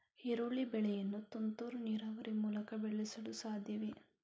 ಈರುಳ್ಳಿ ಬೆಳೆಯನ್ನು ತುಂತುರು ನೀರಾವರಿ ಮೂಲಕ ಬೆಳೆಸಲು ಸಾಧ್ಯವೇ?